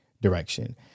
direction